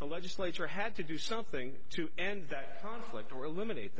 the legislature had to do something to end that conflict or eliminate